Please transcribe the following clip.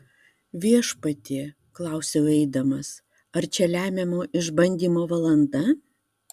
viešpatie klausiau eidamas ar čia lemiamo išbandymo valanda